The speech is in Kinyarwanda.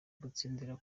gutsindira